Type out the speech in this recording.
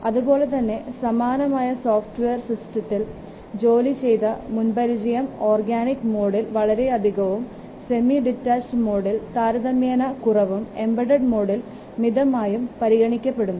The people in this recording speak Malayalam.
അതുപോലെതന്നെ സമാനമായ സോഫ്റ്റ്വെയർ സിസ്റ്റംസിൽ ജോലി ചെയ്ത മുൻപരിചയം ഓർഗാനിക് മോഡിൽ വളരെയധികവും സെമി ഡിറ്റാച്ചഡ് മോഡിൽ താരതമ്യേന കുറവും എംബഡഡ് മോഡിൽ മിതമായും പരിഗണിക്കപ്പെടുന്നു